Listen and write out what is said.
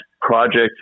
project